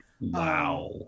Wow